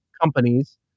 companies